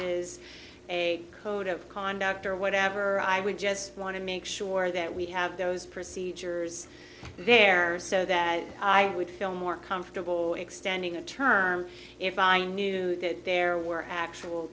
es a code of conduct or whatever i would just want to make sure that we have those procedures there so that i would feel more comfortable extending a term if i knew that there were actual